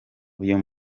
uyu